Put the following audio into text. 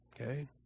Okay